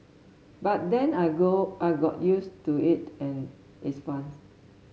but then I I got used to it and its funs